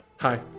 Hi